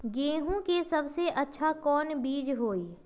गेंहू के सबसे अच्छा कौन बीज होई?